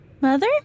Mother